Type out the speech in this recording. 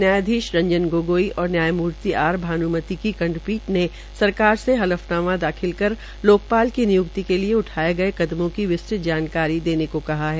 न्यायाधीश रंजन गगोई और न्यायामूर्ति आर भानूमति की खंडपीठ ने सरकार से हल्फनामा दाखिल कर लोकपाल की निय्क्ति के लिए उठाये गये कदमों की विस्तृत जानकारी देने को भी कहा है